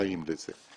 מודעים לזה.